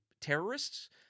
terrorists